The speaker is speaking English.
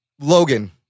Logan